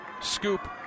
scoop